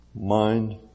Mind